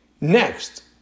Next